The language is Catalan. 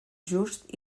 just